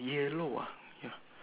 yellow ah ya